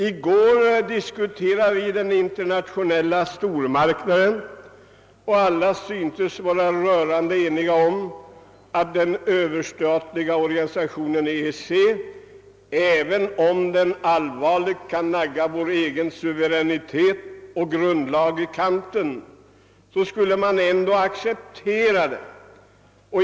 I går diskuterade vi den internationella stormarknaden, och alla syntes vara rörande eniga om att den överstatliga organisationen EEC, även om den allvarligt kan nagga vår egen suveränitet och grundlag i kanten, ändå borde accepteras.